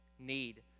need